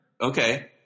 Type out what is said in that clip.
Okay